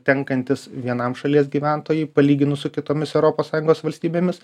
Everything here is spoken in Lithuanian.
tenkantis vienam šalies gyventojui palyginus su kitomis europos sąjungos valstybėmis